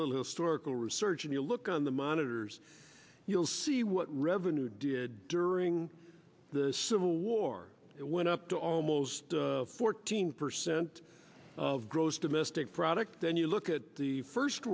little historical research and you look on the monitors you'll see what revenue did during the civil war it went up to almost fourteen percent of gross domestic product then you look at the first